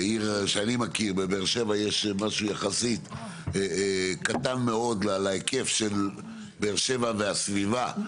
בבאר שבע יש משהו יחסית קטן מאוד להיקף של באר שבע והסביבה.